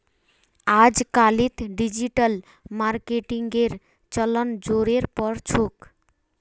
अजकालित डिजिटल मार्केटिंगेर चलन ज़ोरेर पर छोक